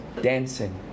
dancing